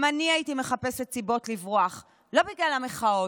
גם אני הייתי מחפשת סיבות לברוח, לא בגלל המחאות,